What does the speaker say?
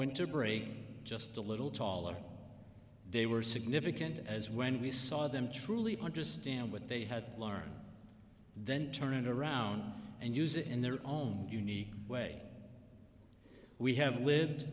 winter break just a little taller they were significant as when we saw them truly understand what they had learned then turned around and use it in their own unique way we have lived